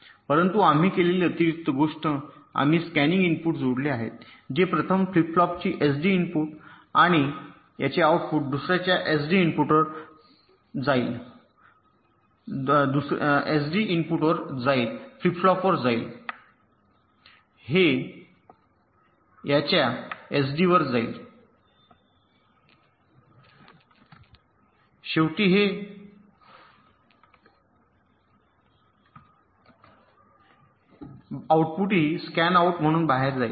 परंतु आम्ही केलेली अतिरिक्त गोष्ट म्हणजे आम्ही स्कॅनिन इनपुट जोडले आहे जे प्रथम फ्लिप फ्लॉपचे एसडी इनपुट आणि याचे आउटपुट दुसर्याच्या एसडी इनपुटवर जाईल हे फ्लिप फ्लॉप याच्या एसडी वर जाईल आणि शेवटी हे आउटपुटही स्कॅनआउट म्हणून बाहेर जाईल